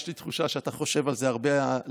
יש לי תחושה שאתה חושב על זה הרבה הלילה,